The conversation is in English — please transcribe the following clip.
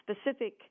specific